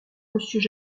monsieur